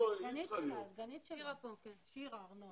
את הסגנית של ורד?